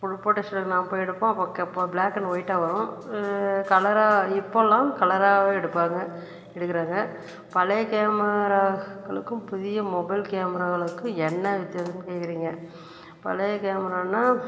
photo ஸ்டூடியோவுக்கு நாம் போய் எடுப்போம் ப்ளாக் அண்ட் ஒயிட்டாக வரும் கலராக இப்போதுலாம் கலராகவே எடுப்பாங்க எடுக்கிறாங்க பழைய கேமராக்களுக்கும் புதிய மொபைல் கேமராக்களுக்கும் என்ன வித்தியாசம்னு கேக்கிறீங்க பழைய கேமாரான்னா